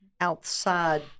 outside